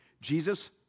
Jesus